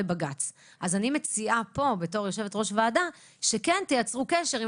אני מציעה בתור יושבת ראש הוועדה שתייצרו קשר עם